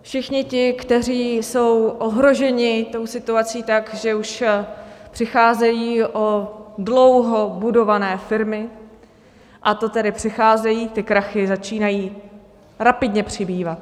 Všichni ti, kteří jsou ohroženi tou situací tak, že už přicházejí o dlouho budované firmy, a to tedy přicházejí, ty krachy začínají rapidně přibývat.